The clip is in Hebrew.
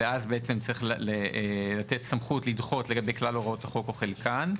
ואז בעצם צריך לתת סמכות לדחות לגבי כלל הוראות החוק או חלקן,